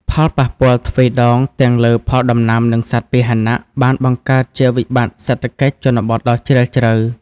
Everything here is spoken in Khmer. ផលប៉ះពាល់ទ្វេដងទាំងលើផលដំណាំ និងសត្វពាហនៈ បានបង្កើតជាវិបត្តិសេដ្ឋកិច្ចជនបទដ៏ជ្រាលជ្រៅ។